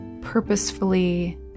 purposefully